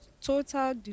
total